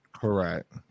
Correct